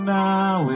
now